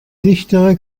dichtere